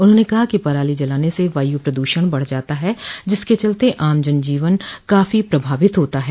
उन्होंने कहा कि पराली जलाने से वायु प्रद्षण बढ़ जाता है जिसके चलते आम जन जीवन काफी प्रभावित होता है